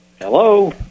hello